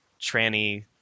tranny